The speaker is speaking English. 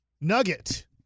nugget